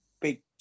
big